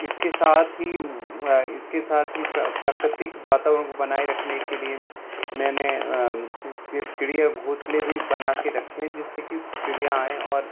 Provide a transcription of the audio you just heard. इसके साथ ही इसके साथ ही प्र प्राकृतिक वातावरण को बनाए रखने के लिए मैंने चिड़िया घोसले भी बनाके रखे हैं जिससे कि चिड़ियाँ आएँ और